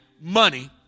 money